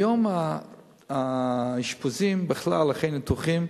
היום האשפוזים, בכלל אחרי ניתוחים,